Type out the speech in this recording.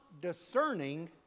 discerning